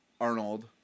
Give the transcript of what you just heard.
Arnold